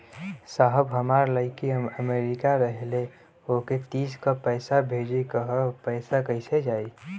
साहब हमार लईकी अमेरिका रहेले ओके तीज क पैसा भेजे के ह पैसा कईसे जाई?